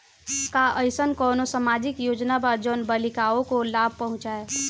का अइसन कोनो सामाजिक योजना बा जोन बालिकाओं को लाभ पहुँचाए?